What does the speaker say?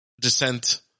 descent